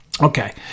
Okay